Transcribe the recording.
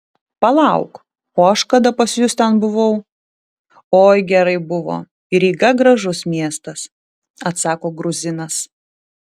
palauk o aš kada pas jus ten buvau oi gerai buvo ryga gražus miestas atsako gruzinas